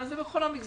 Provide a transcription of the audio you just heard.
זה בכל המגזרים,